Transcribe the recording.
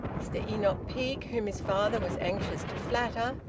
mr enoch peake, whom his father was anxious to flatter,